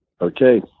okay